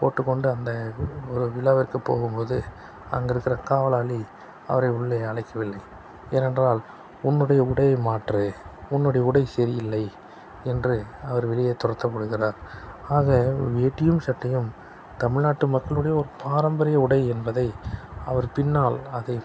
போட்டுக்கொண்டு அந்த ஒரு விழாவிற்கு போகும்போது அங்கிருக்கிற காவலாளி அவரை உள்ளே அழைக்கவில்லை ஏனென்றால் உன்னுடைய உடையை மாற்று உன்னுடைய உடை சரியில்லை என்று அவர் வெளியே துரத்தப்படுகிறார் ஆக ஒரு வேட்டியும் சட்டையும் தமிழ்நாட்டு மக்களுடைய ஒரு பாரம்பரிய உடை என்பதை அவர் பின்னால் அது